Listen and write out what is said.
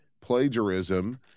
plagiarism